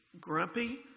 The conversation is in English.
grumpy